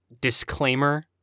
disclaimer